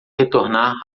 retornar